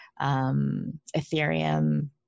Ethereum